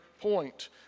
point